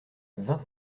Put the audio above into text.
vingt